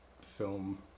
Film